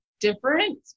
different